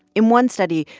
in one study,